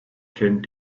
kennt